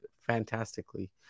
fantastically